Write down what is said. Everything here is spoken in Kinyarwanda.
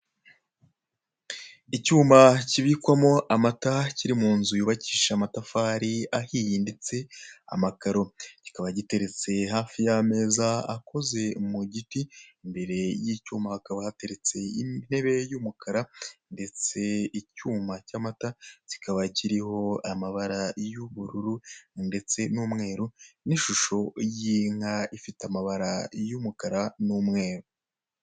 Icyuma kibikwamo amata kiri mu nzu yubakisha amatafari ahiye ndetse n'amakaro, kikaba giteretse hafi y'ameza akoze mu giti, imbere y'icyuma hakaba hateretse intebe y'umukara, ndetse icyuma cy'amata kikaba kiriho amabara y'ubururu ndetse n'umweru n'ishusho y'inka ifite amabara y'umukara n'umweru.